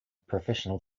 professional